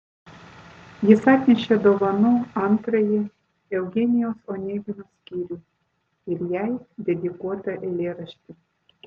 jis atnešė dovanų antrąjį eugenijaus onegino skyrių ir jai dedikuotą eilėraštį